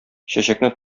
чәчәкне